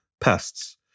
pests